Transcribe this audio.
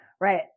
Right